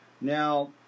Now